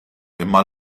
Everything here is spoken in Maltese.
imma